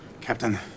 Captain